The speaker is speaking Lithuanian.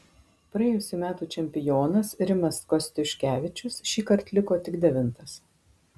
praėjusių metų čempionas rimas kostiuškevičius šįkart liko tik devintas